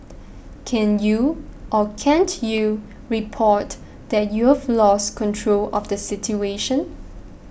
can you or can't you report that you've lost control of the situation